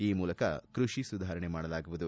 ಆ ಮೂಲಕ ಕೃಷಿ ಸುಧಾರಣೆ ಮಾಡಲಾಗುವುದು